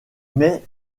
mais